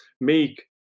make